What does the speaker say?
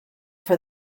for